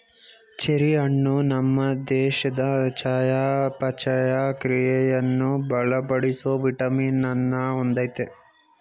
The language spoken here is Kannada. ಚೆರಿ ಹಣ್ಣು ನಮ್ ದೇಹದ್ ಚಯಾಪಚಯ ಕ್ರಿಯೆಯನ್ನು ಬಲಪಡಿಸೋ ವಿಟಮಿನ್ ಅನ್ನ ಹೊಂದಯ್ತೆ